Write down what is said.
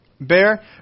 bear